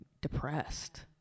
depressed